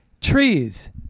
trees